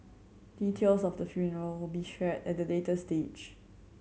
details of the funeral will be shared at a later stage